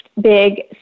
big